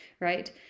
right